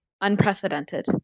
unprecedented